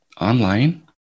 online